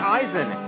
Eisen